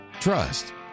trust